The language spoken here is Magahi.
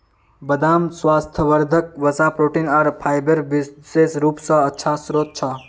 बदाम स्वास्थ्यवर्धक वसा, प्रोटीन आर फाइबरेर विशेष रूप स अच्छा स्रोत छ